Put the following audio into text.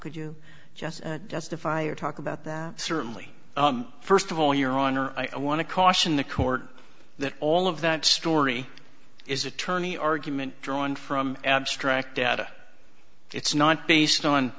could you just justify or talk about that certainly first of all your honor i want to caution the court that all of that story is attorney argument drawn from abstract data it's not based on